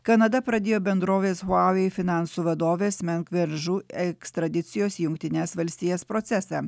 kanada pradėjo bendrovės huawei finansų vadovės meng ver žu ekstradicijos į jungtines valstijas procesą